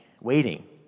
Waiting